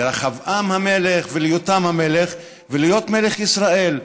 לרחבעם המלך וליותם המלך ולהיות מלך ישראל.